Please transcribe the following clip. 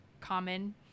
common